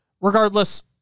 Regardless